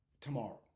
tomorrow